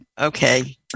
okay